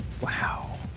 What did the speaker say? Wow